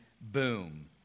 boom